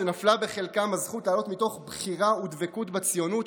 שנפלה בחלקם הזכות לעלות מתוך בחירה ודבקות בציונות,